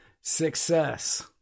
success